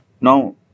now